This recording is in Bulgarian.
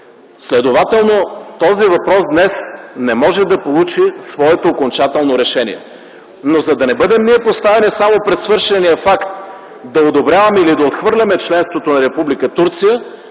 Следователно днес този въпрос не може да получи своето окончателно решение. За да не бъдем поставени само пред свършения факт да одобряваме или да отхвърляме членството на Република Турция,